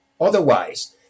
otherwise